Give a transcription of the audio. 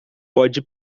pode